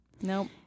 Nope